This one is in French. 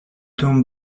ton